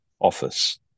office